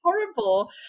horrible